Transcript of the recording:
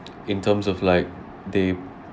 in terms of like they